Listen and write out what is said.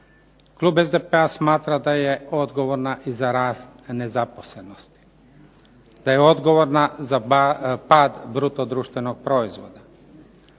Klub SDP-a smatra da je odgovorna i za rast nezaposlenosti, da je odgovorna za pad bruto društvenog proizvoda,